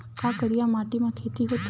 का करिया माटी म खेती होथे?